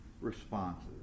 responses